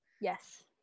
Yes